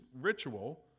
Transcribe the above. ritual